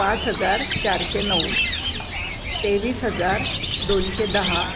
पाच हजार चारशे नऊ तेवीस हजार दोनशे दहा